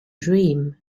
dream